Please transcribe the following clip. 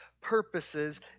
purposes